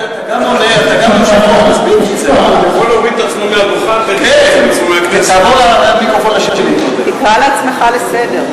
יכול להוריד את עצמו מהדוכן, תקרא את עצמך לסדר.